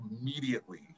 immediately